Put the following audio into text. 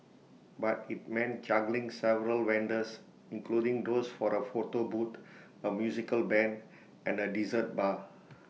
but IT meant juggling several vendors including those for A photo booth A musical Band and A dessert bar